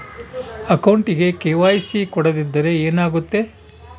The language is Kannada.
ಅಕೌಂಟಗೆ ಕೆ.ವೈ.ಸಿ ಕೊಡದಿದ್ದರೆ ಏನಾಗುತ್ತೆ?